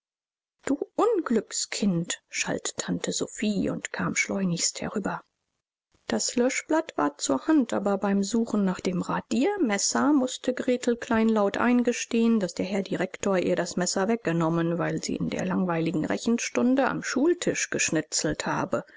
du unglückskind schalt tante sophie und kam schleunigst herüber das löschblatt war zur hand aber beim suchen nach dem radiermesser mußte gretel kleinlaut eingestehen daß der herr direktor ihr das messer weggenommen weil sie in der langweiligen rechenstunde am schultisch geschnitzelt habe